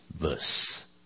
verse